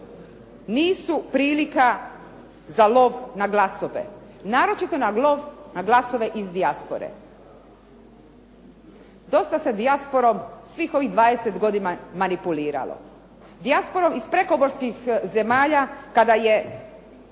nisu prilika za lov na glasove, naročito na lov na glasove iz dijaspore. Dosta se dijasporom svih ovih 20 godina manipuliralo. Dijasporom iz prekomorskih zemalja kada je